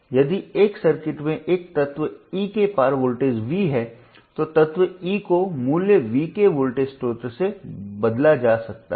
यदि एक सर्किट में एक तत्व E के पार वोल्टेज V है तो तत्व E को मूल्य V के वोल्टेज स्रोत से बदला जा सकता है